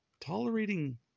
Tolerating